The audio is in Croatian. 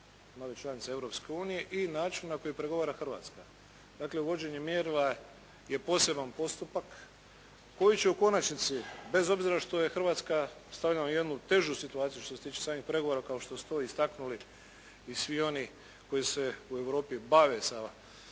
nove članice Europske unije i način na koji pregovara Hrvatska. Dakle uvođenje mjerila je poseban postupak koji će u konačnici bez obzira što je Hrvatska stavljena u jednu težu situaciju što se tiče samih pregovora kao što su to istaknuli i svi oni koji se u Europi bave sa procesom